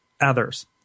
others